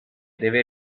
deve